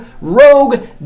rogue